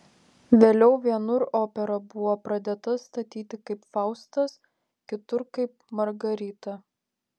vėliau vienur opera buvo pradėta statyti kaip faustas kitur kaip margarita